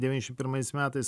devyniasdešimt pirmais metais